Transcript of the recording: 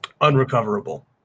Unrecoverable